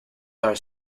are